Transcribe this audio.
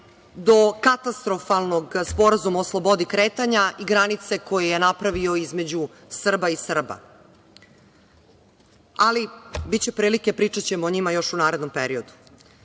do katastrofalnog sporazuma o slobodi kretanja i granice koje je napravio između Srba i Srba. Ali, biće prilike, pričaćemo o njima još u narednom periodu.